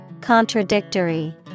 Contradictory